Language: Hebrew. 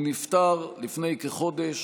הוא נפטר לפני כחודש